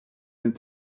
and